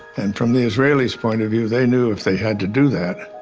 and from the israeli's point of view, they knew if they had to do that,